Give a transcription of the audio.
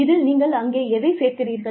இதில் நீங்கள் அங்கே எதை சேர்க்கிறீர்கள்